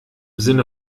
sinne